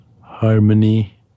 Harmony